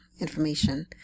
information